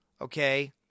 Okay